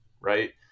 right